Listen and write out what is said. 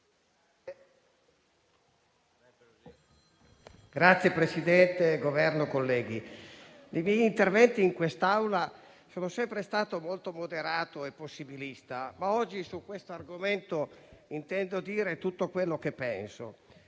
Governo, onorevoli colleghi, nei miei interventi in quest'Aula sono sempre stato molto moderato e possibilista, ma oggi su questo argomento intendo dire tutto quello che penso.